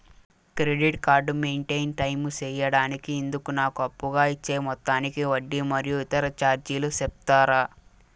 Credit card maintain time సేయడానికి ఇందుకు నాకు అప్పుగా ఇచ్చే మొత్తానికి వడ్డీ మరియు ఇతర చార్జీలు సెప్తారా?